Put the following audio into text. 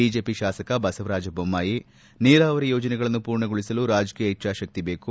BJP ಶಾಸಕ ಬಸವರಾಜ ಬೊಮ್ಮಾಯಿ ನೀರಾವರಿ ಯೋಜನೆಗಳನ್ನು ಪೂರ್ಣಗೊಳಿಸಲು ರಾಜಕೀರು ಇಚ್ದಾಶಕ್ತಿ ಬೇಕು